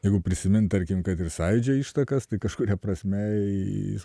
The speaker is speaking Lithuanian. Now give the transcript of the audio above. jeigu prisimint tarkim kad ir sąjūdžio ištakas tai kažkuria prasme